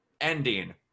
ending